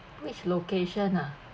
which location ah